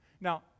Now